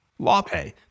LawPay